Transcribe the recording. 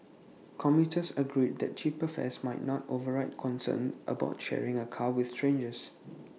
commuters agreed that cheaper fares might not override concerns about sharing A car with strangers